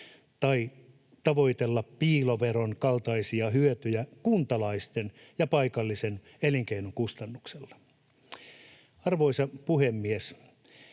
tai tavoitella piiloveron kaltaisia hyötyjä kuntalaisten ja paikallisen elinkeinon kustannuksella. Arvoisa puhemies!